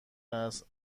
است